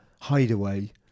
hideaway